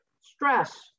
Stress